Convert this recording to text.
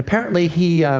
apparently, he